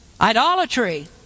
idolatry